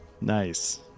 Nice